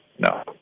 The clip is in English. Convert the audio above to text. No